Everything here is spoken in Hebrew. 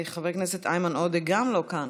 חבר הכנסת איימן עודה, גם לא כאן.